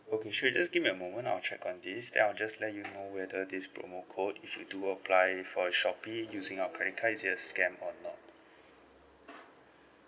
okay sure just give me a moment I will check on this then I'll just let you know whether this promo code issued do apply for uh shopee using our credit card is it a scam or not